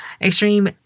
Extreme